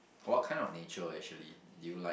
what kind of nature actually do you like